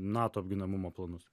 nato apginamumo planus